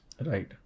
Right